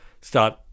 start